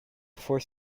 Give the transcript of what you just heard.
fourth